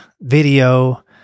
video